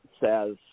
says